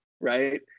right